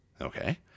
Okay